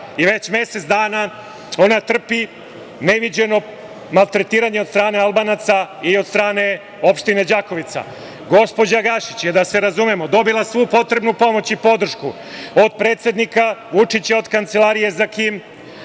Već mesec dana ona trpi neviđeno maltretiranje od strane Albanaca i od strane opštine Đakovica. Gospođa Gašić je, da se razumemo, dobila svu potrebnu pomoć i podršku od predsednika Vučića, od Kancelarije za KiM,